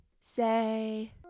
say